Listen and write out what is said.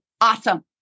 Awesome